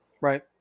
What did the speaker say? Right